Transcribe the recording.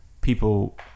people